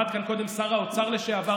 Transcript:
עמד כאן קודם שר האוצר לשעבר,